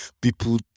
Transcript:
People